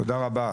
תודה רבה.